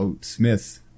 Smith